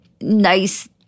nice